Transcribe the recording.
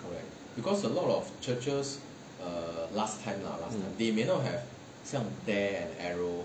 mm